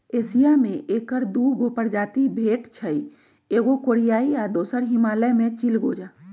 Asia में ऐकर दू गो प्रजाति भेटछइ एगो कोरियाई आ दोसर हिमालय में चिलगोजा